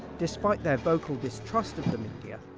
despite their vocal distrust of the media,